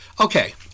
Okay